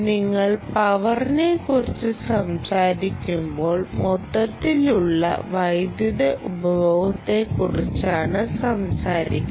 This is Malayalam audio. നിങ്ങൾ പവറിനെക്കുറിച്ച് സംസാരിക്കുമ്പോൾ മൊത്തത്തിലുള്ള വൈദ്യുതി ഉപഭോഗത്തെക്കുറിച്ചാണ് സംസാരിക്കുന്നത്